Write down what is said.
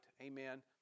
Amen